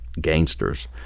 gangsters